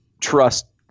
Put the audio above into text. trust